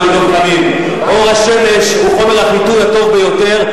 החבר דב חנין: אור השמש הוא חומר החיטוי הטוב ביותר,